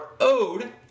owed